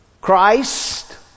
Christ